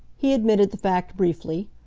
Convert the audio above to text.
he admitted the fact briefly.